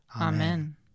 Amen